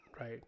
right